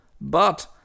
But